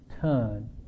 turn